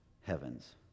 Heavens